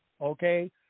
okay